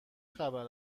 خبر